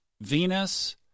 Venus